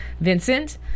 Vincent